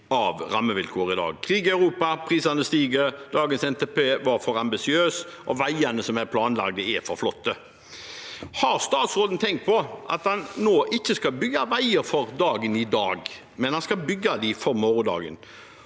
av rammevilkårene i dag: Det er krig i Europa, prisene stiger, dagens NTP er for ambisiøs, og veiene som er planlagt, er for flotte. Har statsråden tenkt på at han nå ikke skal bygge veier for dagen i dag, men at han skal bygge dem for morgendagen?